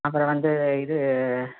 அப்புறம் வந்து இது